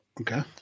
okay